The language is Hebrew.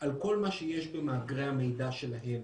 על כל מה שיש במאגרי המידע שלהם.